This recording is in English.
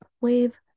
wave